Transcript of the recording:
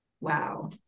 Wow